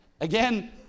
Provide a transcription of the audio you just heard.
Again